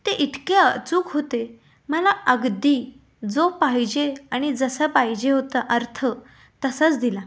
ते इतके अचूक होते मला अगदी जो पाहिजे आणि जसा पाहिजे होता अर्थ तसाच दिला